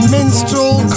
Minstrel